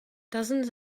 dozens